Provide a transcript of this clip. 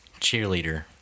Cheerleader